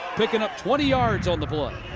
picking up twenty yards on the play.